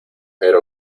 era